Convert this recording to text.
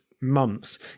months